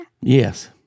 Yes